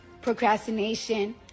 procrastination